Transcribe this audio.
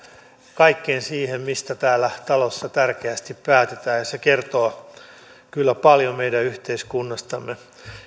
kaikkeen siihen mistä täällä talossa tärkeästi päätetään ja se kertoo kyllä paljon meidän yhteiskunnastamme